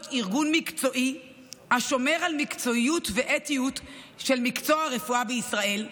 להיות ארגון מקצועי השומר על מקצועיות ואתיות של מקצוע הרפואה בישראל.